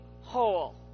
whole